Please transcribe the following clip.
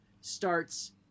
starts